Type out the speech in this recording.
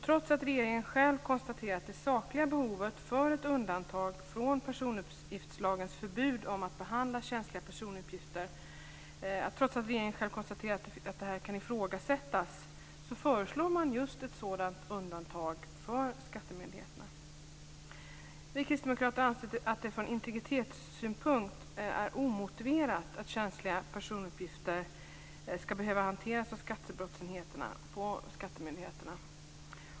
Trots att regeringen själv konstaterar att det sakliga behovet av ett undantag från personuppgiftslagens förbud mot att behandla känsliga personuppgifter kan ifrågasättas, föreslår man just ett sådant undantag för skattemyndigheterna. Vi kristdemokrater anser att det från integritetssynpunkt är omotiverat att känsliga personuppgifter skall behöva hanteras av skattebrottsenheterna på skattemyndigheterna.